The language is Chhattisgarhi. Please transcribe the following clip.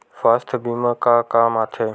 सुवास्थ बीमा का काम आ थे?